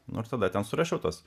nu ir tada ten surašiau tuos